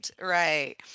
right